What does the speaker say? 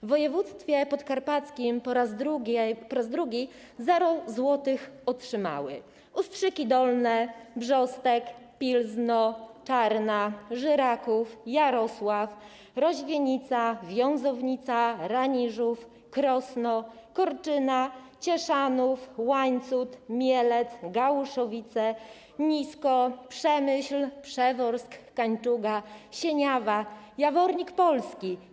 W województwie podkarpackim po raz drugi zero zł otrzymały: Ustrzyki Dolne, Brzostek, Pilzno, Czarna, Żyraków, Jarosław, Roźwienica, Wiązownica, Raniżów, Krosno, Korczyna, Cieszanów, Łańcut, Mielec, Gawłuszowice, Nisko, Przemyśl, Przeworsk, Kańczuga, Sieniawa, Jawornik Polski.